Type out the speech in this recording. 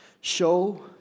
Show